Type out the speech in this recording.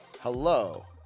hello